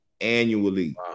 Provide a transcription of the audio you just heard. annually